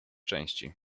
części